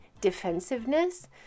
defensiveness